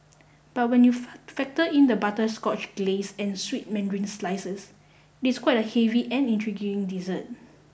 but when you factor in the butterscotch glace and sweet mandarin slices it's quite a heavy and intriguing dessert